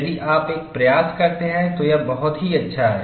यदि आप एक प्रयास करते हैं तो यह बहुत अच्छा है